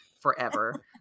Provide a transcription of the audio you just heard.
forever